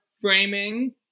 framing